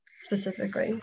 specifically